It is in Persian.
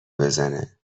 بزنه